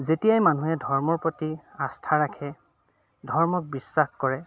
যেতিয়াই মানুহে ধৰ্মৰ প্ৰতি আস্থা ৰাখে ধৰ্মক বিশ্বাস কৰে